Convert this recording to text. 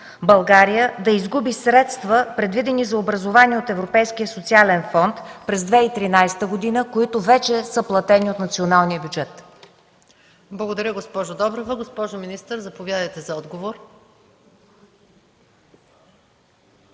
България да изгуби средства, предвидени за образование от Европейския социален фонд през 2013 г., които вече са платени от националния бюджет? ПРЕДСЕДАТЕЛ МАЯ МАНОЛОВА: Благодаря, госпожо Добрева. Госпожо министър, заповядайте за отговор.